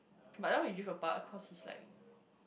but now we drift away cause he's like